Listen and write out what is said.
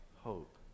hope